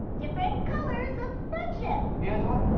different colors of friendship. angela.